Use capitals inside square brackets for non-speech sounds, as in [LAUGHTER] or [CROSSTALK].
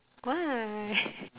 why [LAUGHS]